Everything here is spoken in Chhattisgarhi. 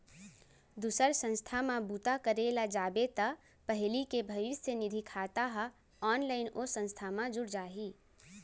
दूसर संस्था म बूता करे ल जाबे त पहिली के भविस्य निधि खाता ह ऑनलाइन ओ संस्था म जुड़ जाही